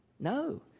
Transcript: No